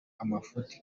amafuti